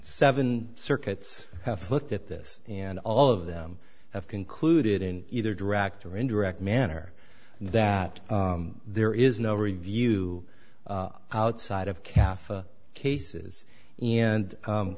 seven circuits have looked at this and all of them have concluded in either direct or indirect manner that there is no review outside of calf cases and